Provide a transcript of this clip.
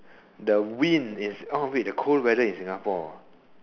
the wind is oh wait the cold weather in Singapore